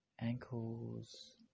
ankles